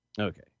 Okay